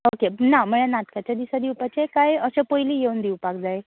okay ना म्हणजे नाटकाचे दिसा दिवपाचे काय अशे पयली येवन दिवपाक जाय